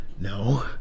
No